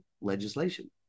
legislation